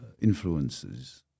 influences